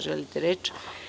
Želite reč?